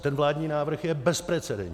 Ten vládní návrh je bezprecedentní.